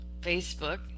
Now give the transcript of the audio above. Facebook